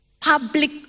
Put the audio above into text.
public